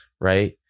right